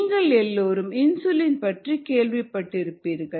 நீங்கள் எல்லோரும் இன்சுலின் பற்றி கேள்விப்பட்டிருப்பீர்கள்